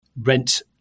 rent